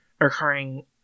occurring